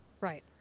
right